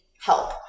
help